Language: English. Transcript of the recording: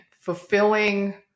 fulfilling